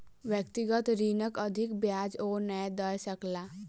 व्यक्तिगत ऋणक अधिक ब्याज ओ नै दय सकला